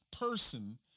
person